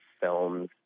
films